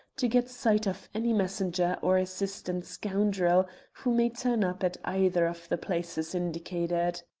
to get sight of any messenger or assistant scoundrel who may turn up at either of the places indicated.